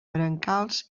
brancals